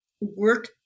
work